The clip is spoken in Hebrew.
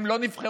הם לא נבחרו,